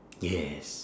yes